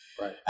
right